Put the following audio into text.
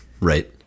Right